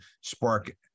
spark